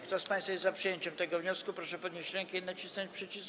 Kto z państwa jest za przyjęciem tego wniosku, proszę podnieść rękę i nacisnąć przycisk.